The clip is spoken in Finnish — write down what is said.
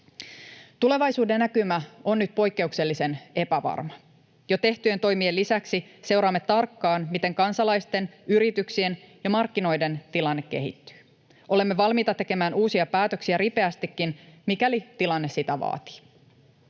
Tulevaisuuden näkymä on nyt poikkeuksellisen epävarma. Jo tehtyjen toimien lisäksi seuraamme tarkkaan, miten kansalaisten, yrityksien ja markkinoiden tilanne kehittyy. Olemme valmiita tekemään uusia päätöksiä ripeästikin, mikäli tilanne sitä vaatii.